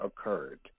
occurred